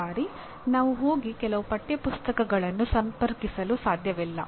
ಪ್ರತಿ ಬಾರಿ ನಾವು ಹೋಗಿ ಕೆಲವು ಪಠ್ಯಪುಸ್ತಕಗಳನ್ನು ಸಂಪರ್ಕಿಸಲು ಸಾಧ್ಯವಿಲ್ಲ